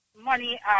money